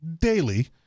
daily